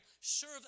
Serve